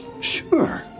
Sure